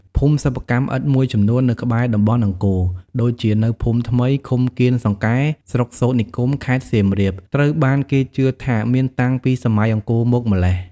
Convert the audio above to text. ភូមិសិប្បកម្មឥដ្ឋមួយចំនួននៅក្បែរតំបន់អង្គរ ដូចជានៅភូមិថ្មី ឃុំកៀនសង្កែ ស្រុកសូទ្រនិគម ខេត្តសៀមរាប ត្រូវបានគេជឿថាមានតាំងពីសម័យអង្គរមកម្ល៉េះ។